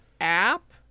app